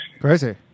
crazy